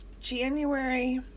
January